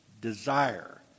desire